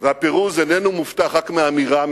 והפירוז אינו מובטח רק מהאמירה,